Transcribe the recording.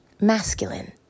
Masculine